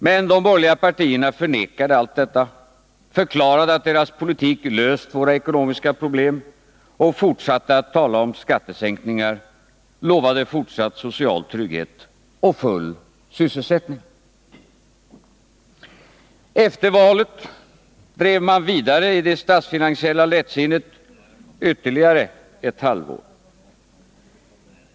Men de borgerliga partierna förnekade allt detta, förklarade att deras politik löst våra ekonomiska problem och fortsatte att tala om skattesänkningar, lovade fortsatt social trygghet och full sysselsättning. Efter valet drev man vidare i det statsfinansiella lättsinnet ytterligare ett halvår.